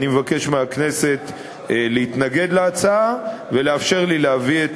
אני מבקש מהכנסת להתנגד להצעה ולאפשר לי להביא את